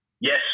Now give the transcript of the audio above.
yes